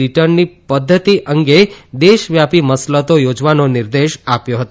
રિટર્નની પદ્ધતિ અંગે દેશવ્યાપી મસલતો યોજવાનો નિર્દેશ આપ્યો હતો